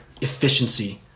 efficiency